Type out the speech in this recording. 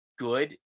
good